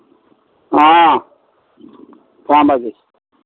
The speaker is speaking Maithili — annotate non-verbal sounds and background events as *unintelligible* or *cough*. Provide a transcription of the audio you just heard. हँ *unintelligible*